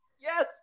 Yes